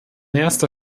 erster